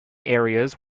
areas